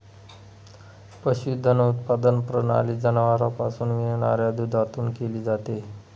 पशुधन उत्पादन प्रणाली जनावरांपासून मिळणाऱ्या दुधातून केली जाते